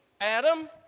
Adam